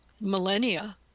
millennia